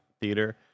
theater